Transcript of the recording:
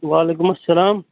وعلیکُم السلام